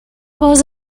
was